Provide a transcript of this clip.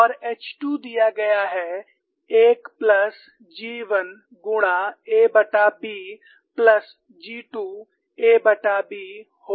और H2 दिया गया है 1 प्लस G1 गुणा aB plus G2 ab whole वर्ग